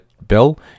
bell